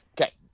Okay